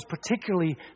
particularly